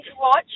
watch